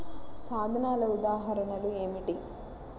సాధనాల ఉదాహరణలు ఏమిటీ?